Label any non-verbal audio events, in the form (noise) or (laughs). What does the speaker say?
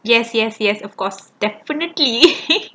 yes yes yes of course definitely (laughs)